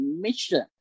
mission